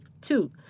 Two